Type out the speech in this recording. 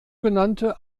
genannte